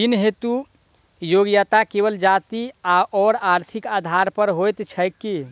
ऋण हेतु योग्यता केवल जाति आओर आर्थिक आधार पर होइत छैक की?